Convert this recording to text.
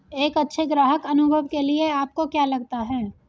एक अच्छे ग्राहक अनुभव के लिए आपको क्या लगता है?